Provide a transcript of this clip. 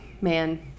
man